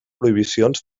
prohibicions